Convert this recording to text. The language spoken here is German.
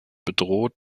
bedroht